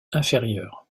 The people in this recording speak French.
inférieure